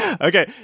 Okay